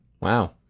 Wow